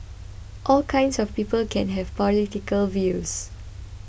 all kinds of people can have political views